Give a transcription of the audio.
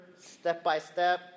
step-by-step